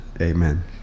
amen